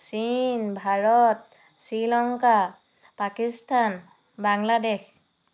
চীন ভাৰত শ্ৰীলংকা পাকিস্তান বাংলাদেশ